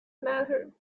matter